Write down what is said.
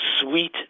sweet